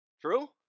True